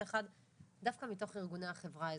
ואחד דווקא מתוך ארגוני החברה האזרחית.